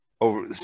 over